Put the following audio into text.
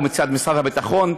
או מצד משרד הביטחון,